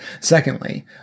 Secondly